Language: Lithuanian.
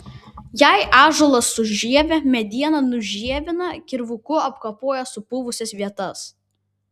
jei ąžuolas su žieve medieną nužievina kirvuku apkapoja supuvusias vietas